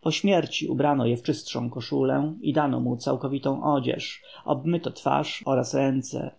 po śmierci ubrano je w czystszą koszulę i dano mu całkowitą odzież obmyto twarz oraz ręce